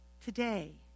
Today